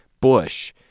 Bush